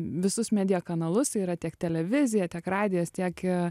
visus media kanalus tai yra tiek televizija tiek radijas tiek